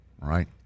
right